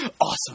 Awesome